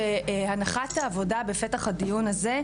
שהנחת העבודה בפתח הדיון הזה,